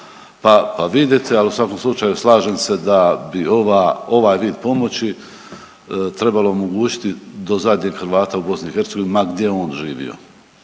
pa vidjeti. Ali u svakom slučaju slažem se da bi ovaj vid pomoći trebalo omogućiti do zadnjeg Hrvata u BiH ma gdje on živio.